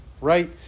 right